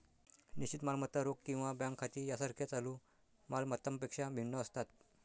निश्चित मालमत्ता रोख किंवा बँक खाती यासारख्या चालू माल मत्तांपेक्षा भिन्न असतात